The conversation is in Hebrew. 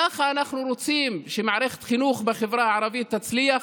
ככה אנחנו רוצים שמערכת החינוך בחברה הערבית תצליח?